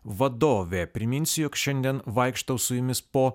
vadovė priminsiu jog šiandien vaikštau su jumis po